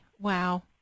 Wow